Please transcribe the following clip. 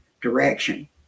direction